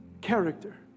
character